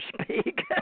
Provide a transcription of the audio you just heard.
speak